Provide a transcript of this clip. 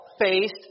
faced